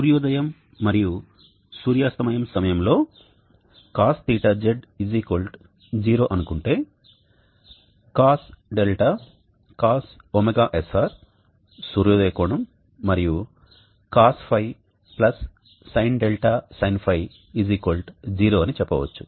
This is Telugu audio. సూర్యోదయం మరియు సూర్యాస్తమయం సమయంలో CosθZ 0 అనుకుంటే Cosδ Cosωsr సూర్యోదయ కోణం మరియు Cosϕ Sin𝛿 Sinϕ 0 అని చెప్పవచ్చు